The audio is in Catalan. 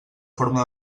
forma